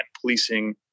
policing